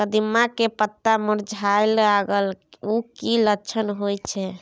कदिम्मा के पत्ता मुरझाय लागल उ कि लक्षण होय छै?